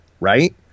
right